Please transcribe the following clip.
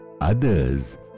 others